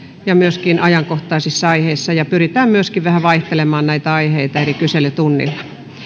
ja myöskin ajankohtaisissa aiheissa ja pyritään myöskin vähän vaihtelemaan näitä aiheita eri kyselytunneilla